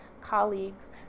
colleagues